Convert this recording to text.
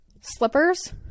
slippers